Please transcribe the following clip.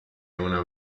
una